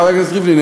חבר הכנסת ריבלין,